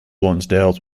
lonsdale